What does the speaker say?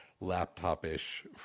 laptop-ish